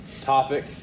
topic